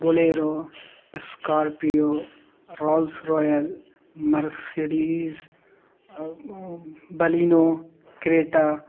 Bolero Scorpio Rolls Royce Mercedes Baleno Creta